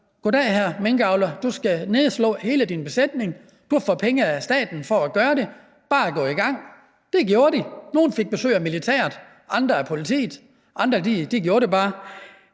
Goddag, hr. minkavler, du skal slå hele din besætning ned, du får penge af staten for at gøre det, bare gå i gang! Det gjorde de. Nogle fik besøg af militæret, andre af politiet. Andre gjorde det bare.